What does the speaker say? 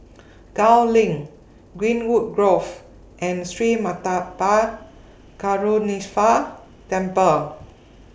Gul LINK Greenwood Grove and Sri Karuneshvarar Temple